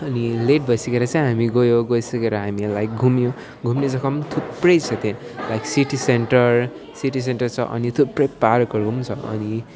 अनि लेट भइसेकर चाहिँ हामी गयो गइसकेर हामीहरूलाई घुम्यो घुम्ने जग्गा पनि थुप्रै छ त्यहाँ like city centre city centre छ अनि थुप्रै पार्कहरू पनि छ अनि